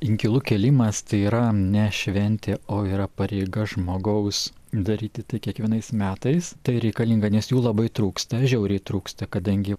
inkilų kėlimas tai yra ne šventė o yra pareiga žmogaus daryti tai kiekvienais metais tai reikalinga nes jų labai trūksta žiauriai trūksta kadangi